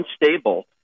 unstable